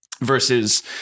versus